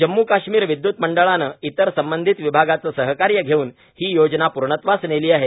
जम्मू काश्मीर विदय्त मंडळानं इतर संबंधित विभागांचं सहकार्य घेऊन ही योजना पूर्णत्वास नेली आहे